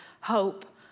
hope